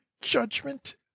judgment